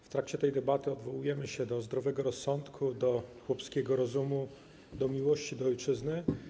W trakcie tej debaty odwołujemy się do zdrowego rozsądku, do chłopskiego rozumu, do miłości do ojczyzny.